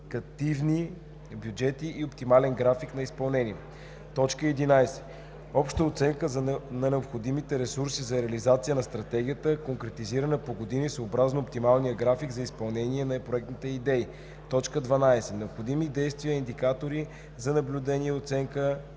индикативни бюджети и оптимален график на изпълнение; 11. обща оценка на необходимите ресурси за реализация на стратегията, конкретизирана по години съобразно оптималния график за изпълнение на проектните идеи; 12. необходими действия и индикатори за наблюдение и оценка